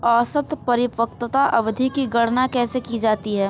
औसत परिपक्वता अवधि की गणना कैसे की जाती है?